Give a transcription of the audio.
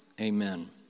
amen